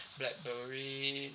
BlackBerry